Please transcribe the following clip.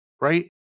right